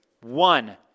One